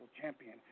Champion